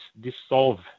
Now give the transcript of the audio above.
dissolve